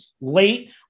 late